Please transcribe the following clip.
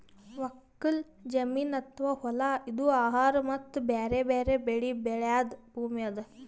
ಒಕ್ಕಲ್ ಜಮೀನ್ ಅಥವಾ ಹೊಲಾ ಇದು ಆಹಾರ್ ಮತ್ತ್ ಬ್ಯಾರೆ ಬ್ಯಾರೆ ಬೆಳಿ ಬೆಳ್ಯಾದ್ ಭೂಮಿ ಅದಾ